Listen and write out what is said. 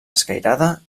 escairada